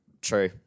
True